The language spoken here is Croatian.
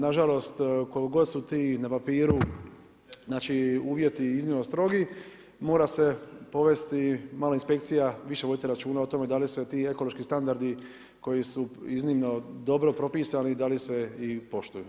Nažalost koliko god su ti na papiru uvjeti iznimno strogi mora se povesti malo inspekcija, više voditi računa o tome da li se ti ekološki standardi koji su iznimno dobro propisani da li se i poštuju.